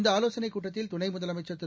இந்த ஆலோசனைக் கூட்டத்தில் துணை முதலமைச்சர் திரு